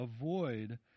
avoid